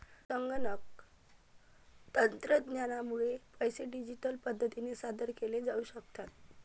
संगणक तंत्रज्ञानामुळे पैसे डिजिटल पद्धतीने सादर केले जाऊ शकतात